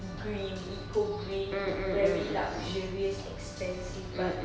green eco green very luxurious expensive but